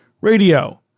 radio